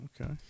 Okay